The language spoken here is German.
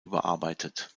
überarbeitet